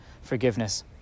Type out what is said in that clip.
forgiveness